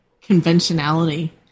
conventionality